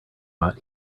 lot